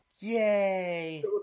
Yay